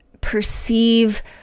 perceive